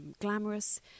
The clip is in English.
glamorous